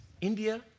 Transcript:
India